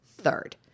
third